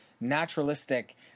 naturalistic